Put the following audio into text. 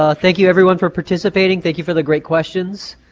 ah thank you everyone for participating, thank you for the great questions,